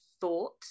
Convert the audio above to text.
thought